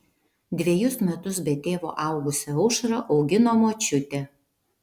dvejus metus be tėvo augusią aušrą augino močiutė